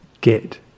get